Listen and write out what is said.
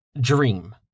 Dream